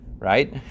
Right